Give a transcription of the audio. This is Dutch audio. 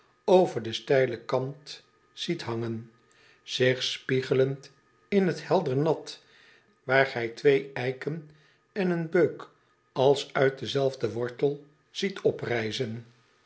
over den steilen kant ziet hangen zich spiegelend in het helder nat waar gij twee eiken en eene beuk als uit denzelfden wortel ziet